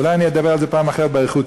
אולי אני אדבר על זה פעם אחרת, יותר באריכות.